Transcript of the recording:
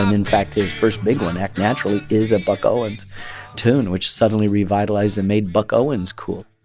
um in fact, his first big one, act naturally, is a buck owens tune, which suddenly revitalized and made buck owens cool.